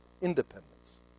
Independence